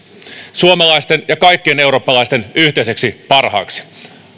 suomalaisten ja kaikkien eurooppalaisten yhteiseksi parhaaksi